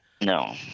no